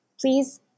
Please